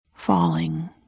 falling